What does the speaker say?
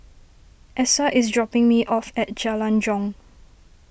Essa is dropping me off at Jalan Jong